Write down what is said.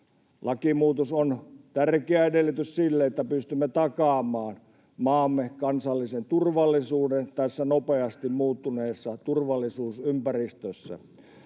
Lakimuutos on tärkeä edellytys sille, että pystymme takaamaan maamme kansallisen turvallisuuden tässä nopeasti muuttuneessa turvallisuusympäristössä.